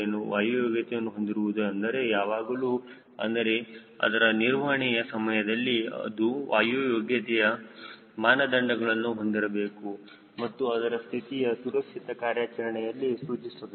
ವಾಯು ಯೋಗ್ಯತೆಯನ್ನು ಹೊಂದಿರುವುದು ಅಂದರೆ ಯಾವಾಗಲೂ ಅಂದರೆ ಅದರ ಕಾರ್ಯನಿರ್ವಹಣೆಯ ಸಮಯದಲ್ಲಿ ಅದು ವಾಯು ಯೋಗ್ಯತೆಯ ಮಾನದಂಡಗಳನ್ನು ಹೊಂದಿರಬೇಕು ಮತ್ತು ಅದರ ಸ್ಥಿತಿಯು ಸುರಕ್ಷಿತ ಕಾರ್ಯಾಚರಣೆಯನ್ನು ಸೂಚಿಸಬೇಕು